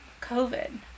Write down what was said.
COVID